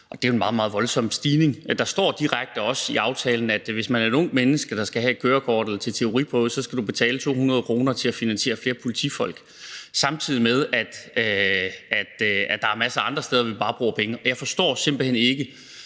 en meget, meget voldsom stigning. Der står også direkte i aftalen, at hvis du er et ungt menneske, der i forbindelse med kørekortet skal tage en teoriprøve, så skal du betale 200 kr. til at finansiere flere politifolk – samtidig med at der er masser af andre steder, hvor vi bare bruger penge. Og jeg forstår simpelt hen ikke,